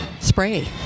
spray